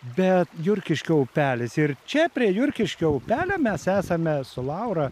bet jurkiškio upelis ir čia prie jurkiškio upelio mes esame su laura